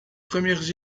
premières